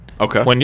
Okay